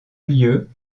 lieu